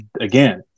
again